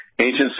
ancient